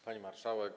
Pani Marszałek!